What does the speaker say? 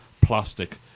plastic